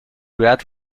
red